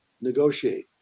negotiate